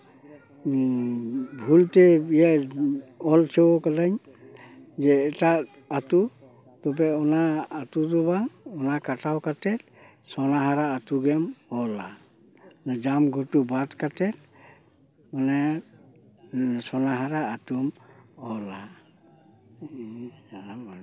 ᱵᱷᱩᱞᱛᱮ ᱤᱭᱟᱹ ᱚᱞ ᱦᱚᱪᱚᱣ ᱠᱟᱹᱫᱟᱹᱧ ᱡᱮ ᱮᱴᱟᱜ ᱟᱛᱳ ᱛᱚᱵᱮ ᱚᱱᱟ ᱟᱛᱳ ᱫᱚ ᱵᱟᱝ ᱚᱱᱟ ᱠᱟᱴᱟᱣ ᱠᱟᱛᱮ ᱥᱳᱱᱟᱦᱟᱨᱟ ᱟᱛᱳᱜᱮᱢ ᱚᱞᱟ ᱡᱟᱢᱜᱷᱩᱴᱩ ᱵᱟᱫ ᱠᱟᱛᱮ ᱢᱟᱱᱮ ᱥᱳᱱᱟᱦᱟᱨᱟ ᱟᱛᱩᱢ ᱚᱞᱟ